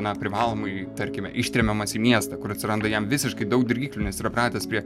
na privalomai tarkime ištremiamas į miestą kur atsiranda jam visiškai daug dirgiklių nes yra pratęs prie